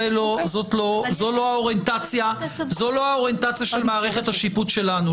זו לא האוריינטציה של מערכת השיפוט שלנו.